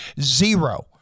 Zero